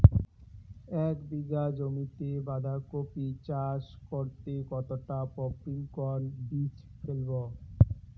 এক বিঘা জমিতে বাধাকপি চাষ করতে কতটা পপ্রীমকন বীজ ফেলবো?